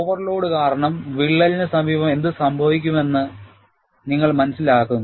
overload കാരണം വിള്ളലിന് സമീപം എന്ത് സംഭവിക്കുമെന്ന് നിങ്ങൾ മനസിലാക്കുന്നു